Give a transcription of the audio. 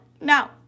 No